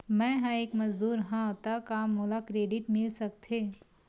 मैं ह एक मजदूर हंव त का मोला क्रेडिट मिल सकथे?